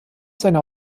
seiner